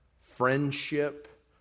friendship